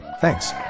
Thanks